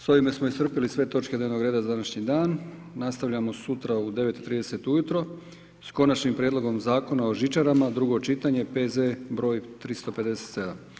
S ovime smo iscrpili sve točke dnevnog reda za današnji dan, nastavljamo sutra u 9 i 30 ujutro s Konačnim prijedlogom Zakona o žičarama, drugo čitanje, P.Z. 357.